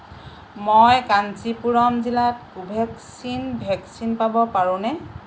মই কাঞ্চীপুৰম জিলাত কোভেক্সিন ভেকচিন পাব পাৰোঁনে